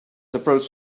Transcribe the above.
approach